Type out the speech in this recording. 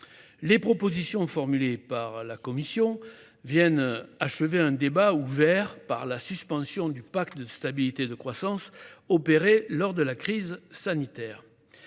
Les propositions formulées par la Commission européenne viennent achever un débat ouvert par la suspension du pacte de stabilité et de croissance opérée lors de la crise sanitaire.